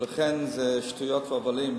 ולכן זה שטויות והבלים.